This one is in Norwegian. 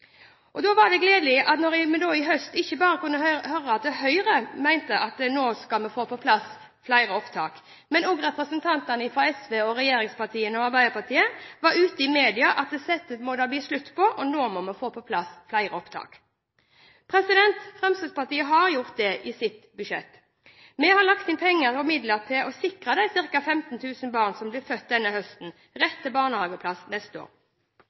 fedrekvote. Da var det gledelig at vi i høst ikke bare kunne høre at Høyre mente at vi nå skulle få på plass flere opptak i året, men at også representantene fra regjeringspartiene var ute i media og sa at dette måtte det bli slutt på, og at vi nå måtte få på plass flere opptak. Fremskrittspartiet har gjort det i sitt budsjett. Vi har lagt inn midler for å sikre de ca. 15 000 barna som ble født denne høsten, rett til barnehageplass neste år.